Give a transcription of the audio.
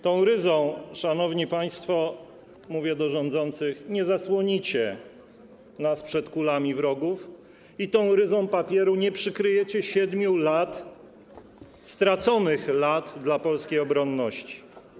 Tą ryzą, szanowni państwo - mówię do rządzących - nie zasłonicie nas przed kulami wrogów i tą ryzą papieru nie przykryjecie 7 lat, straconych dla polskiej obronności.